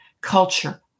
culture